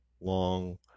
Long